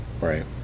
Right